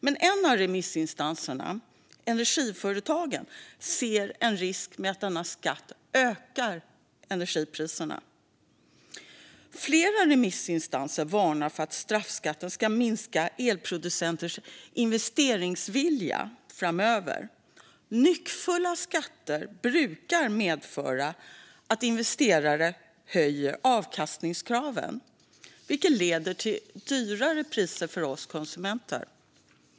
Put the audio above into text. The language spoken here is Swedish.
Men en av remissinstanserna, Energiföretagen, ser en risk att denna skatt ökar energipriserna. Flera remissinstanser varnar för att straffskatten ska minska elproducenters investeringsvilja framöver. Nyckfulla skatter brukar medföra att investerare höjer avkastningskraven, vilket leder till högre priser för oss konsumenter.